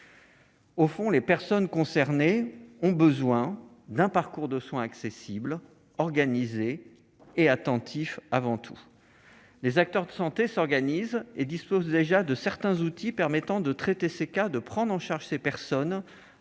». Les personnes concernées ont avant tout besoin d'un parcours de soins accessible et attentif. Les acteurs de santé s'organisent et disposent déjà de certains outils permettant de traiter ces cas et de prendre en charge ces personnes